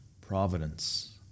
providence